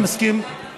אני מסכים.